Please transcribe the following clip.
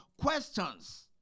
questions